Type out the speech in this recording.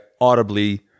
audibly